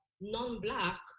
non-black